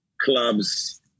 clubs